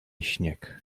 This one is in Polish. śnieg